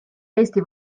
eesti